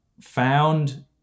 found